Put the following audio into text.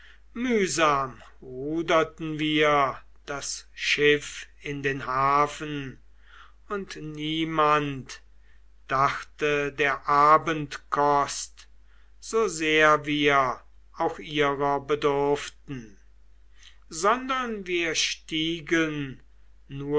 mühsam ruderten wir das schiff in den hafen und niemand dachte der abendkost so sehr wir auch ihrer bedurften sondern wir stiegen